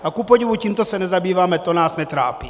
A kupodivu tímto se nezabýváme, to nás netrápí.